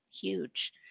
huge